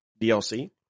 DLC